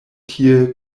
tie